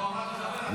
לא, חברת הכנסת, אמרתי.